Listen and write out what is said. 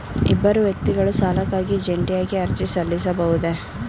ಇಬ್ಬರು ವ್ಯಕ್ತಿಗಳು ಸಾಲಕ್ಕಾಗಿ ಜಂಟಿಯಾಗಿ ಅರ್ಜಿ ಸಲ್ಲಿಸಬಹುದೇ?